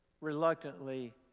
reluctantly